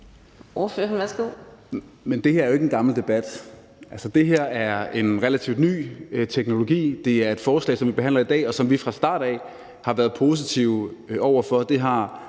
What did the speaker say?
det her er jo ikke en gammel debat. Det her er en relativt ny teknologi. Og det er et forslag, som vi først behandler i dag, og som vi fra starten af har været positive over for.